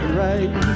right